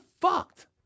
fucked